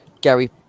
Gary